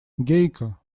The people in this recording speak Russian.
гейка